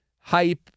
hype